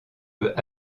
peut